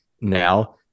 now